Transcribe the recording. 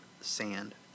sand